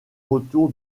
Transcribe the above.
retour